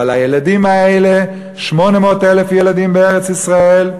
אבל הילדים האלה, 800,000 ילדים בארץ-ישראל,